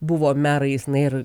buvo merais na ir